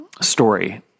story